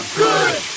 good